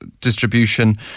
distribution